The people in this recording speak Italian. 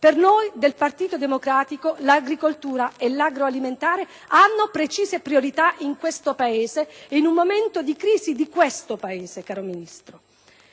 Per noi del Partito Democratico l'agricoltura e l'agroalimentare hanno precise priorità in questo Paese e in un momento di crisi di questo Paese, caro Ministro.